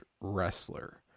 wrestler